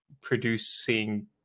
producing